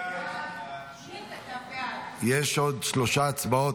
ההצעה להעביר לוועדה את הצעת חוק-יסוד: